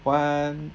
one